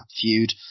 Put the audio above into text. feud